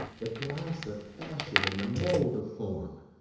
the glass of fashion and the mould of form,